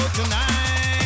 tonight